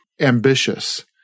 ambitious